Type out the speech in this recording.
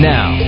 Now